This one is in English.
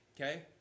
okay